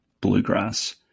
bluegrass